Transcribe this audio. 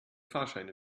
fahrscheine